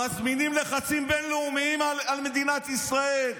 מזמינים לחצים בין-לאומיים על מדינת ישראל.